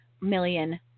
million